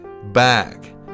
back